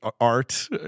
art